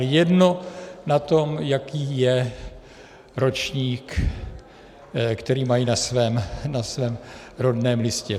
Jedno na tom, jaký je ročník, který mají na svém rodném listu.